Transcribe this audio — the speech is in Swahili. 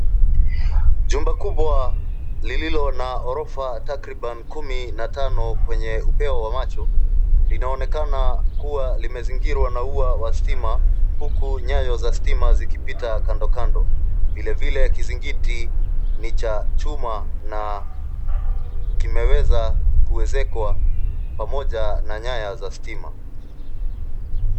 Jumba kubwa lililo na ghorofa takriban kumi na tano kwenye upeo wa macho linaonekana kuwa limezingirwa na ua wa stima huku nyayo za stima zikipita kando kando. Vile vile kizingiti ni cha chuma na kimeweza kuezekwa pamoja na nyaya za stima.